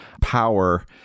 power